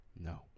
No